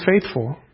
faithful